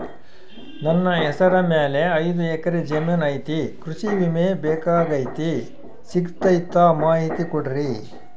ನನ್ನ ಹೆಸರ ಮ್ಯಾಲೆ ಐದು ಎಕರೆ ಜಮೇನು ಐತಿ ಕೃಷಿ ವಿಮೆ ಬೇಕಾಗೈತಿ ಸಿಗ್ತೈತಾ ಮಾಹಿತಿ ಕೊಡ್ರಿ?